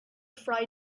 fry